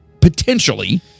potentially